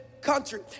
country